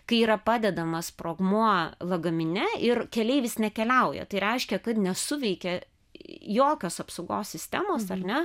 kai yra padedamas sprogmuo lagamine ir keleivis nekeliauja tai reiškia kad nesuveikė jokios apsaugos sistemos ar ne